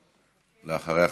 ואחריה,